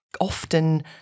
Often